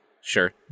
Sure